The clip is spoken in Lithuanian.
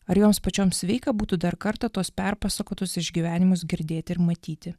ar jos pačioms veika būtų dar kartą tos perpasakotus išgyvenimus girdėti ir matyti